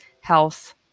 health